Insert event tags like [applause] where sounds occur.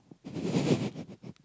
[laughs]